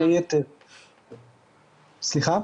סליחה?